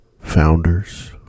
Founders